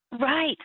Right